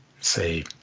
say